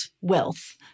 wealth